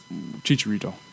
Chicharito